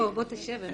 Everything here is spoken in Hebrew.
(היו"ר ניסן סלומינסקי, 15:43)